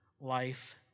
Life